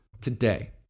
today